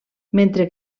mentre